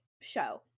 show